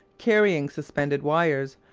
carrying suspended wires,